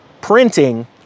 printing